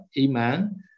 Iman